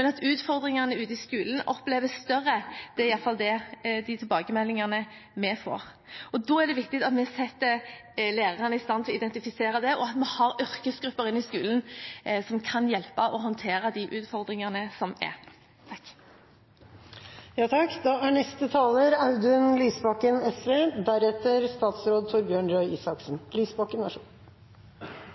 at utfordringene ute i skolen oppleves større, er iallfall de tilbakemeldingene vi får. Da er det viktig at vi setter læreren i stand til å identifisere dem, og at vi har yrkesgrupper i skolen som kan hjelpe til med å håndtere de utfordringene som er.